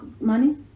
money